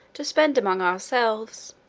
to spend among ourselves.